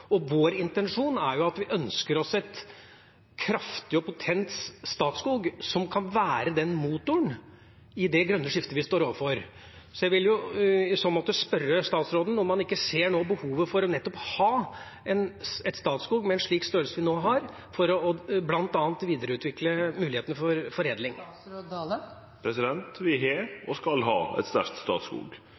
Vår intensjon og vårt ønske er et kraftig og potent Statskog som kan være motoren i det grønne skiftet som vi står overfor. Jeg vil i så måte spørre statsråden om han ikke nå ser behovet for nettopp å ha et Statskog av en slik størrelse som vi nå har, for bl.a. å videreutvikle mulighetene for foredling. Vi har, og skal ha, eit sterkt Statskog.